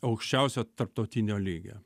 aukščiausio tarptautinio lygio